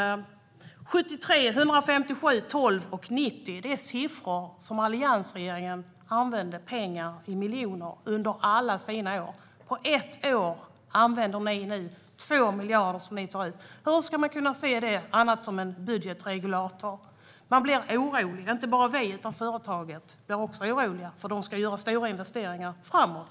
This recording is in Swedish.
73 miljoner, 157 miljoner, 12 miljoner och 90 miljoner - det är pengar som alliansregeringen använde under alla sina år. På ett år använder ni nu 2 miljarder som ni tar ut. Hur ska man kunna se det som något annat än en budgetregulator? Man blir orolig, och det är inte bara vi som blir oroliga, utan det gäller även företaget. De ska ju göra stora investeringar framåt.